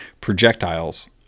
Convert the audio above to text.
projectiles